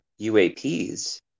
UAPs